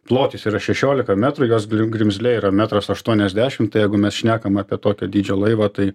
plotis yra šešiolika metrų jos grimzlė yra metras aštuoniasdešim tai jeigu mes šnekam apie tokio dydžio laivą tai